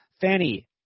Fanny